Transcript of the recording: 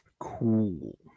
cool